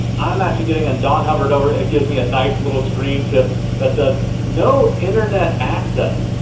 i'm actually getting, and don hovered over it, it gives me a nice little screen tip that says, no internet access.